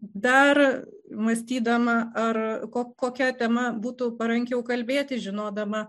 dar mąstydama ar kokia tema būtų parankiau kalbėti žinodama